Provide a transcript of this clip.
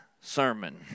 sermon